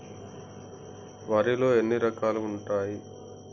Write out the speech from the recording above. వరిలో ఎన్ని రకాలు ఉంటాయి?